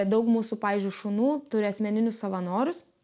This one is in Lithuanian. daug mūsų pavyzdžiui šunų turi asmeninius savanorius